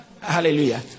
hallelujah